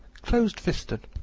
close-fisted,